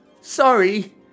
Sorry